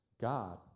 God